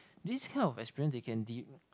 this kind of experience they can de~